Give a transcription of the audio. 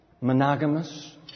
monogamous